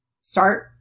start